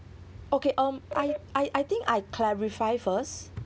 okay um I I I think I clarify first